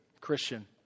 Christian